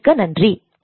மிக்க நன்றி